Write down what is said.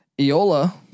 Iola